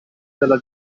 della